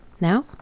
now